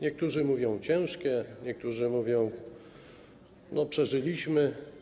Niektórzy mówią, że ciężkie, niektórzy mówią: no przeżyliśmy.